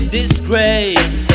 disgrace